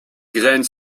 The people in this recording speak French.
graines